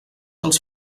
els